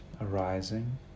arising